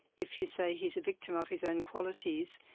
if you say he's a victim of his own qualities,